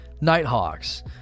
Nighthawks